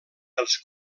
els